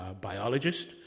biologist